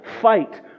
fight